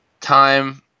Time